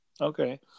Okay